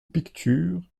pictures